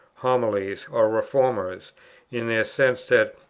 homilies, or reformers in the sense that,